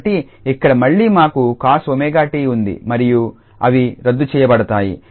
కాబట్టి ఇక్కడ మళ్లీ మాకు cos𝜔𝑡 ఉంది మరియు అవి రద్దు చేయబడతాయి